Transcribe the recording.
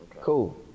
cool